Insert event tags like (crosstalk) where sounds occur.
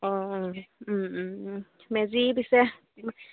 অঁ মেজি পিছে (unintelligible)